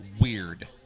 weird